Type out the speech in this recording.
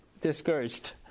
discouraged